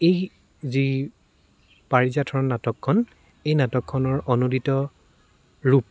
এই যি পাৰিজাত হৰণ নাটকখন এই নাটকখনৰ অনুদিত ৰূপ